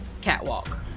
catwalk